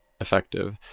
effective